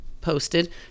posted